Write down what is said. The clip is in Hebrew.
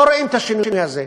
לא רואים את השינוי הזה.